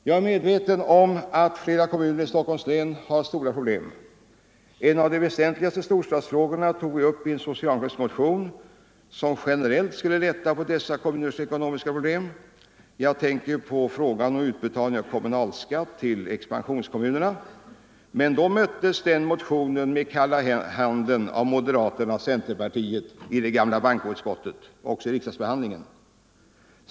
Jag är medveten om att flera kommuner i Stockholms län har stora problem. En av de väsentligaste storstadsfrågorna tog vi upp i en socialdemokratisk motion som syftade till att generellt lätta på dessa kommuners ekonomiska problem. Jag tänker på frågan om utbetalning av kommunalskatt till expansionskommunerna. Men den motionen möttes med kalla handen av moderaterna och centerpartisterna i det gamla bankoutskottet och även i kamrarna.